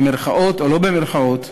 במירכאות או לא במירכאות,